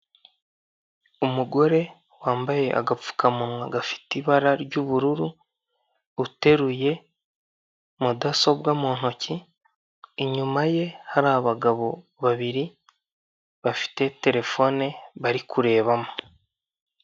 Umugore wambaye agapfukamunwa gafite ibara ry'ubururu, uteruye mudasobwa mu ntoki, inyuma ye hari abagabo babiri bafite terefone bari kurebamo.